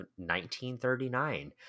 1939